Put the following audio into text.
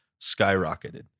skyrocketed